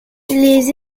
les